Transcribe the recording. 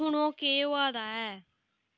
सुनो केह् होआ दा ऐ